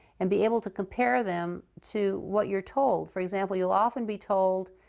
and be able to compare them to what you're told. for example, you'll often be told,